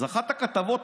אז אחת הכתבות